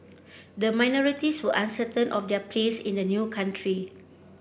the minorities were uncertain of their place in the new country